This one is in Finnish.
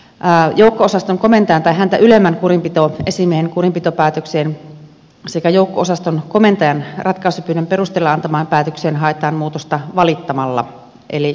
joukko osaston komentajan tai häntä ylemmän kurinpitoesimiehen kurinpitopäätökseen sekä joukko osaston komentajan ratkaisupyynnön perusteella antamaan päätökseen haetaan muutosta valittamalla eli kurinpitovalituksella